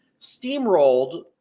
steamrolled